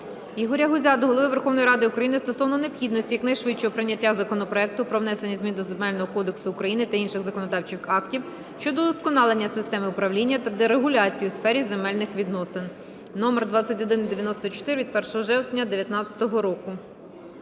Ігоря Гузя до Голови Верховної Ради України стосовно необхідності якнайшвидшого прийняття законопроекту "Про внесення змін до Земельного кодексу України та інших законодавчих актів щодо вдосконалення системи управління та дерегуляції у сфері земельних відносин" (№ 2194 від 1 жовтня 2019 року).